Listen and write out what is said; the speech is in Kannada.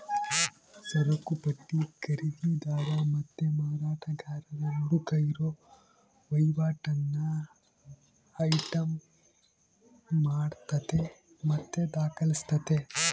ಸರಕುಪಟ್ಟಿ ಖರೀದಿದಾರ ಮತ್ತೆ ಮಾರಾಟಗಾರರ ನಡುಕ್ ಇರೋ ವಹಿವಾಟನ್ನ ಐಟಂ ಮಾಡತತೆ ಮತ್ತೆ ದಾಖಲಿಸ್ತತೆ